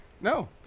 No